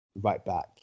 right-back